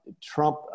Trump